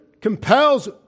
compels